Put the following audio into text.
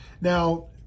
Now